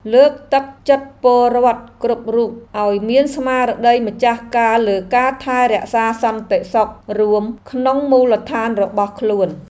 លើកទឹកចិត្តពលរដ្ឋគ្រប់រូបឱ្យមានស្មារតីម្ចាស់ការលើការថែរក្សាសន្តិសុខរួមក្នុងមូលដ្ឋានរបស់ខ្លួន។